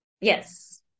Yes